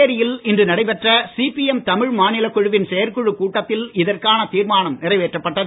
புதுச்சேரியில் இன்று நடைபெற்ற சிபிஎம் தமிழ் மாநிலக் குழுவின் செயற்குழுக் கூட்டத்தில் இதற்கான தீர்மானம் நிறைவேற்றப்பட்டது